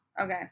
Okay